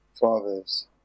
Fathers